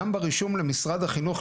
גם ברישום למשרד החינוך,